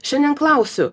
šiandien klausiu